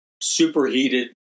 superheated